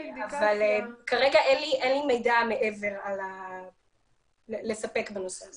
כרגע אין לי מידע מעבר לספק בנושא הזה.